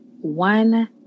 one